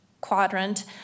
quadrant